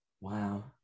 Wow